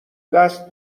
دست